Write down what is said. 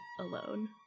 alone